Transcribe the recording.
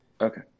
Okay